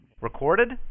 Recorded